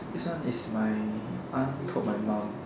this one is my aunt told my mum